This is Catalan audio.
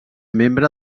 membre